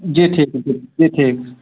जी ठीक छै जी ठीक